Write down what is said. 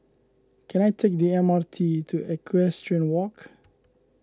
can I take the M R T to Equestrian Walk